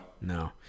No